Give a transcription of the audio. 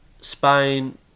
Spain